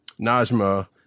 Najma